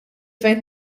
fejn